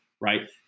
right